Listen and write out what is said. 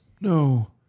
no